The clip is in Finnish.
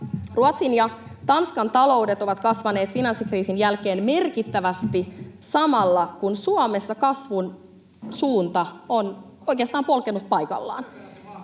Ruotsin ja Tanskan taloudet ovat kasvaneet finanssikriisin jälkeen merkittävästi samalla, kun Suomen kasvu on polkenut paikallaan.